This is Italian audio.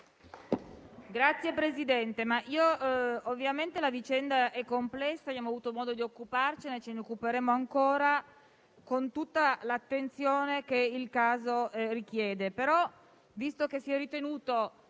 Signor Presidente, ovviamente la vicenda è complessa. Abbiamo avuto modo di occuparcene e ce ne occuperemo ancora, con tutta l'attenzione che il caso richiede. Visto, però, che si è ritenuto